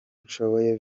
nshoboye